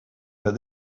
but